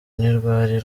ntirwari